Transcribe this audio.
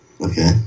Okay